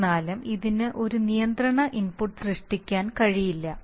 എന്നിരുന്നാലും ഇതിന് ഒരു നിയന്ത്രണ ഇൻപുട്ട് സൃഷ്ടിക്കാൻ കഴിയില്ല